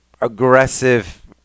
aggressive